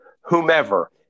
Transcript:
whomever